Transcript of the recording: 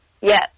Yes